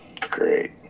great